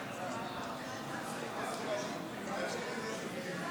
אנא שבו במקומותיכם.